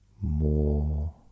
More